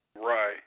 Right